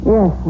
Yes